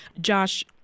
Josh